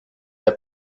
der